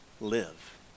live